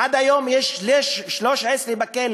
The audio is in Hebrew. עד היום יש 13 בכלא.